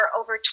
over